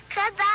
Cause